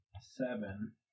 seven